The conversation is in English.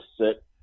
sit